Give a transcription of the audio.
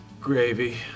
Gravy